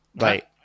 Right